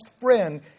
friend